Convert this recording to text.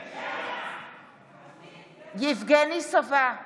נגד בצלאל סמוטריץ' נגד אוסאמה סעדי,